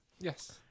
Yes